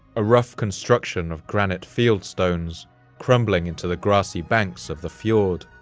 a rough construction of granite field stones crumbling into the grassy banks of the fjord.